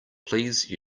please